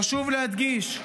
חשוב להדגיש: